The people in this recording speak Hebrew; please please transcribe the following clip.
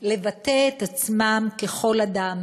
לבטא את עצמם ככל אדם.